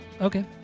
Okay